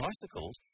bicycles